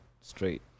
straight